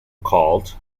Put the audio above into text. called